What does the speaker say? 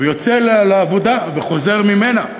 ויוצא לעבודה, וחוזר ממנה,